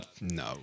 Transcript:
No